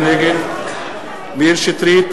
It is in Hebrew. נגד מאיר שטרית,